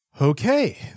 Okay